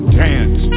dance